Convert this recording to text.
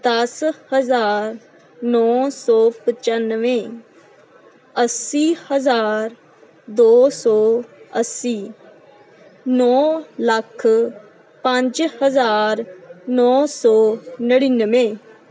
ਦਸ ਹਜ਼ਾਰ ਨੌ ਸੌ ਪਚਾਨਵੇਂ ਅੱਸੀ ਹਜ਼ਾਰ ਦੋ ਸੌ ਅੱਸੀ ਨੌ ਲੱਖ ਪੰਜ ਹਜ਼ਾਰ ਨੌਂ ਸੌ ਨੜ੍ਹਿਨਵੇਂ